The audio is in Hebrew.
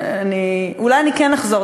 ואולי אני כן אחזור,